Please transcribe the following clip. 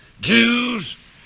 Jews